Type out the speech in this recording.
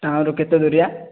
ଟାଉନରୁ କେତେ ଦୂରିଆ